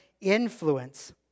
influence